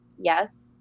Yes